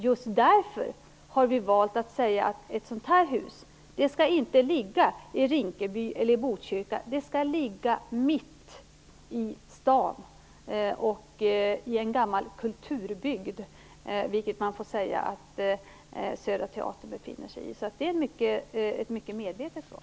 Just därför har vi valt att säga att ett sådant hus inte skall ligga i Rinkeby eller i Botkyrka. Det skall ligga mitt i staden i en gammal kulturbygd, något som man får säga att Södra teatern gör. Det är alltså ett mycket medvetet val.